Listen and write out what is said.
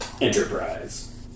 Enterprise